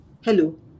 hello